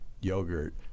yogurt